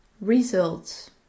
Results